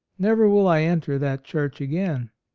never will i enter that church again.